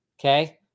okay